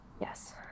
yes